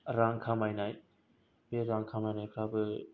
रां खामायनाय बे रां खामायनायफ्राबो